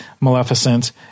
maleficent